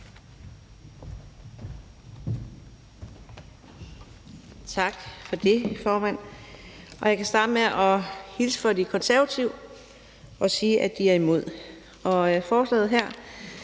Tak for det, formand. Jeg kan starte med at hilse fra De Konservative og sige, at de er imod. Forslaget her